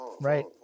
Right